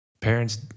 parents